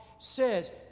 says